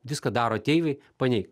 viską daro ateiviai paneik